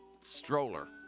stroller